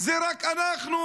זה רק אנחנו,